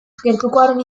gertukoaren